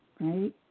right